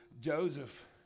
Joseph